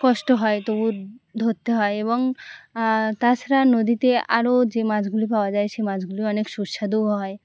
কষ্ট হয় তবু ধরতে হয় এবং তাছাড়া নদীতে আরও যে মাছগুলি পাওয়া যায় সেই মাছগুলি অনেক সুস্বাদুও হয়